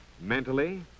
mentally